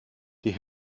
die